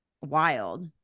wild